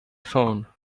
phone